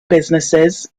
businesses